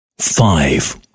five